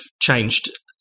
changed